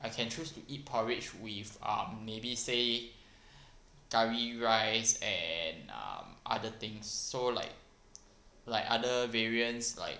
I can choose to eat porridge with um maybe say curry rice and um other things so like like other variants like